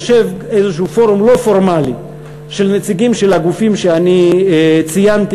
יושב איזה פורום לא פורמלי של נציגים של הגופים שאני ציינתי,